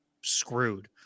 screwed